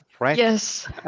Yes